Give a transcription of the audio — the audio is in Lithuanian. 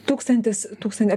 tūkstantis tūkstanti